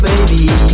Baby